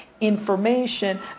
information